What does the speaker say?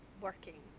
working